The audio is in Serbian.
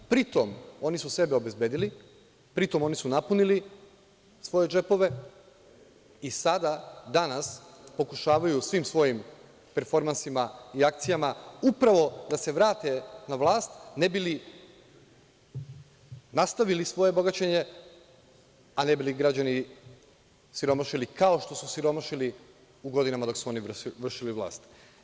Pritom, oni su sebe obezbedili, pritom oni su napunili svoje džepove i danas pokušavaju svim svojim performansima i akcijama upravo da se vrate na vlast ne bi li nastavili svoje bogaćenje, a ne bi li građani siromašili, kao što su siromašili u godinama dok su oni vršili vlast.